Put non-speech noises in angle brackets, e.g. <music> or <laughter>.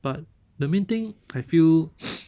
but the main thing I feel <noise>